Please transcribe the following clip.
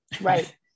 Right